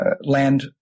land